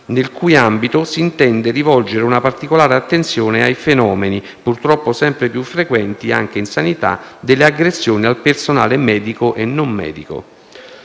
nel cui ambito si intende rivolgere una particolare attenzione ai fenomeni, purtroppo sempre più frequenti anche in sanità, delle aggressioni al personale medico e non medico.